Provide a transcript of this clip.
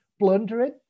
blundering